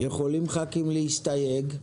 יכולים חברי כנסת להסתייג,